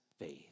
faith